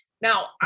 Now